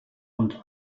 und